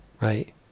Right